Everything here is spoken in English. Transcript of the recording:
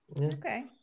okay